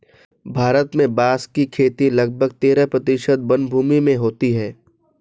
भारत में बाँस की खेती लगभग तेरह प्रतिशत वनभूमि में होती है